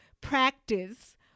practice